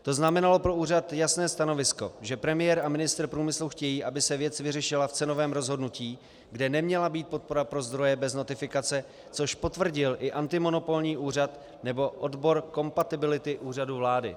To znamenalo pro úřad jasné stanovisko, že premiér a ministr průmyslu chtějí, aby se věc vyřešila v cenovém rozhodnutí, kde neměla být podpora pro zdroje bez notifikace, což potvrdil i antimonopolní úřad nebo odbor kompatibility Úřadu vlády.